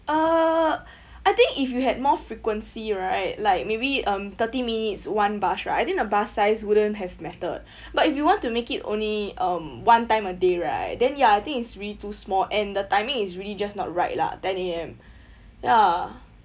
uh I think if you had more frequency right like maybe um thirty minutes one bus right I think the bus size wouldn't have mattered but if you want to make it only um one time a day right then ya I think it's really too small and the timing is really just not right lah ten A_M ya